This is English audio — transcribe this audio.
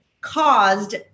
caused